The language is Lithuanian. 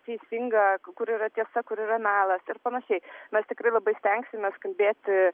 teisinga kur yra tiesa kur yra melas ir panašiai mes tikrai labai stengsimės kalbėti